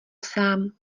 sám